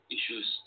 issues